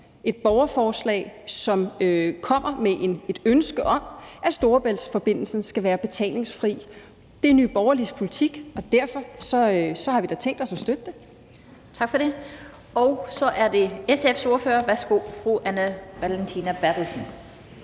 et borgerforslag, som kommer med et ønske om, at Storebæltsforbindelsen skal være betalingsfri. Det er Nye Borgerliges politik, og derfor har vi da tænkt os at støtte det. Kl. 15:08 Den fg. formand (Annette Lind): Tak for det. Så er det SF's ordfører. Værsgo, fru Anne Valentina Berthelsen.